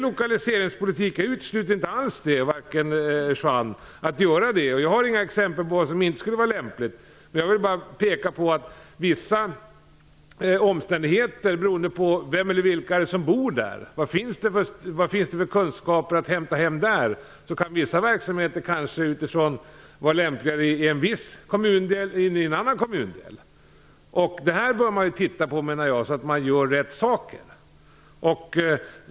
Jag utesluter inte alls att göra det med lokaliseringsmedel, Juan Fonseca. Jag har inga exempel på vad som inte skulle vara lämpligt. Jag vill bara peka på vissa omständigheter beroende på vem eller vilka som bor där. Vad finns det för kunskaper att hämta hem? Vissa verksamheter kan kanske vara lämpligare i en viss kommundel än i en annan kommundel. Detta bör man enligt min mening titta på så att man gör rätt saker.